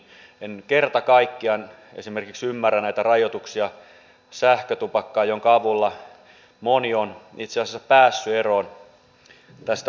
en kerta kaikkiaan esimerkiksi ymmärrä näitä rajoituksia sähkötupakkaan jonka avulla moni on itse asiassa päässyt eroon tupakasta